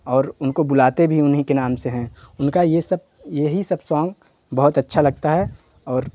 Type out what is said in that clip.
और उनको बुलाते भी उन्हीं के नाम से है उनका ये सब यही सब यही सब साँग बहुत अच्छा लगता है और